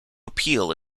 appeal